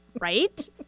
Right